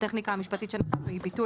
הטכניקה המשפטית שנקטנו בה היא ביטול